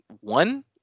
one